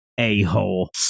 a-hole